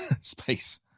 space